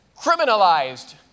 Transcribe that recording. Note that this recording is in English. criminalized